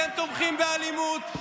אתם תומכים באלימות.